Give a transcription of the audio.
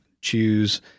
choose